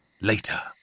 Later